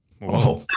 Wow